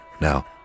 Now